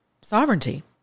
sovereignty